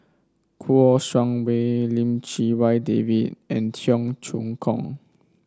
Kouo Shang Wei Lim Chee Wai David and Cheong Choong Kong